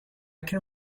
can